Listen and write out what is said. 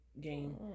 game